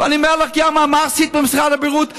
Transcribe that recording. ואני אומר לך, גרמן: מה עשית במשרד הבריאות?